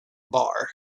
bar